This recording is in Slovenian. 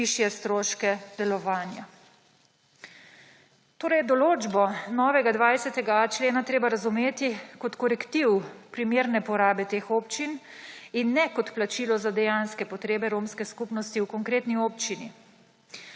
višje stroške delovanja. Torej je določbo novega 20.a člena treba razumeti kot korektiv primerne porabe teh občin in ne kot plačilo za dejanske potrebe romske skupnosti v konkretni občini.